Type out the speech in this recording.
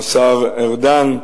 השר ארדן,